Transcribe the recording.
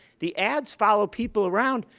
the ads follow people around.